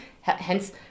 hence